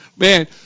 Man